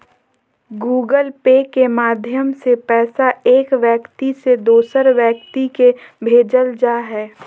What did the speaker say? Google Pay के माध्यम से पैसा एक व्यक्ति से दोसर व्यक्ति के भेजल जा हय